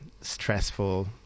stressful